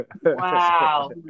Wow